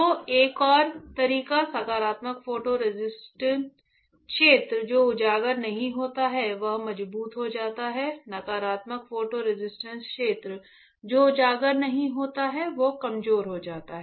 तो एक और तरीका सकारात्मक फोटो रेसिस्ट क्षेत्र जो उजागर नहीं होता है वह मजबूत हो जाता है नकारात्मक फोटो रेसिस्ट क्षेत्र जो उजागर नहीं होता है वह कमजोर हो जाता है